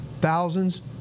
Thousands